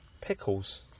Pickles